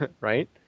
right